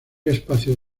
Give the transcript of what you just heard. espacios